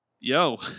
yo